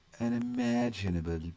unimaginable